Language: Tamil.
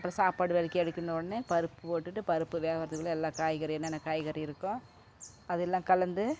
அப்புறம் சாப்பாடு விளக்கி அடுக்குனோனே பருப்பு போட்டுவிட்டு பருப்பு வேகறதுக்குள்ள எல்லாம் காய்கறி என்னனென்ன காய்கறி இருக்கோ அதெல்லாம் கலந்து